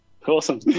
Awesome